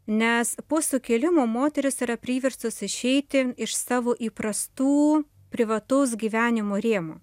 nes po sukilimo moterys yra priverstos išeiti iš savo įprastų privataus gyvenimo rėmų